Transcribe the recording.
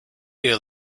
you